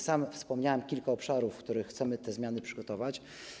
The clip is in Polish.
Sam wspomniałem o kilku obszarach, w których chcemy te zmiany przygotować.